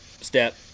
step